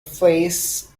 faces